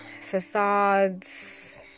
facades